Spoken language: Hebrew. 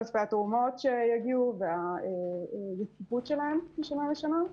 כספי התרומות שיגיעו והרציפות שלהן משנה לשנה.